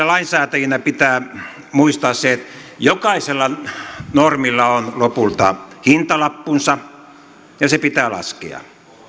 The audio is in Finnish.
lainsäätäjinä pitää muistaa se että jokaisella normilla on lopulta hintalappunsa ja se pitää laskea